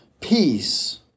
peace